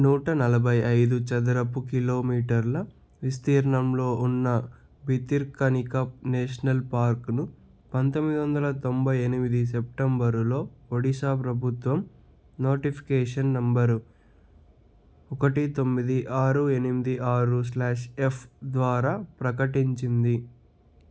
నూట నలభై ఐదు చదరపు కిలోమీటర్ల విస్తీర్ణంలో ఉన్న భితిర్కనికా నేషనల్ పార్క్ను పంతొమ్మిది వందల తొంభై ఎనిమిది సెప్టెంబరులో ఒడిశా ప్రభుత్వం నోటిఫికేషన్ నంబర్ ఒకటి తొమ్మిది ఆరు ఎనిమిది ఆరు స్లాష్ ఎఫ్ ద్వారా ప్రకటించింది